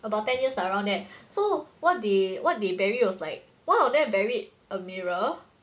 about ten years lah around there so what they what they bury was like one of them buried a mirror